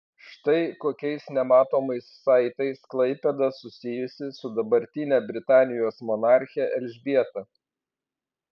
štai kokiais nematomais saitais klaipėda susijusi su dabartine britanijos monarche elžbieta